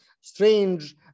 strange